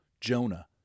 Jonah